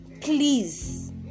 please